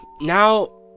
now